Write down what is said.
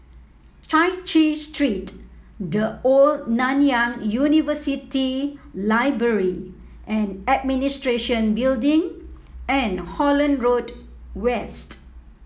Chai Chee Street The Old Nanyang University Library and Administration Building and Holland Road West